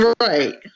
Right